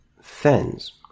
fens